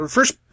first